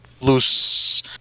loose